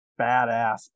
badass